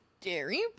dairy